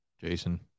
Jason